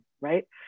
right